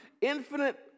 infinite